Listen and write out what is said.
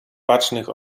bacznych